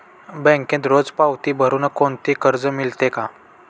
बँकेत रोज पावती भरुन कोणते कर्ज मिळते का?